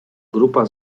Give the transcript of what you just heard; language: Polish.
grupa